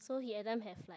so he every time have like